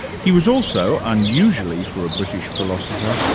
he was also unusually, for a british philosopher,